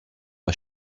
pas